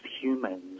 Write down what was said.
humans